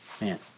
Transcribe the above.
Man